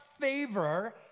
favor